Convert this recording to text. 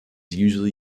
usually